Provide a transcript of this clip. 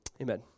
Amen